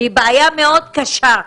והיא בעיה קשה מאוד,